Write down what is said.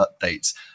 updates